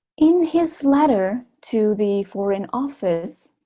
in his letter to the foreign office,